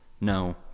No